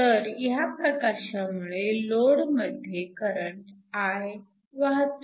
तर ह्या प्रकाशामुळे लोडमध्ये करंट I वाहतो